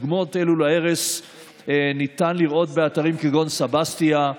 דוגמאות אלה להרס ניתן לראות באתרים כגון סבסטיה,